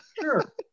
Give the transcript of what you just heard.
sure